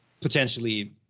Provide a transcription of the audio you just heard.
potentially